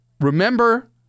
remember